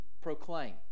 proclaim